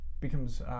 becomes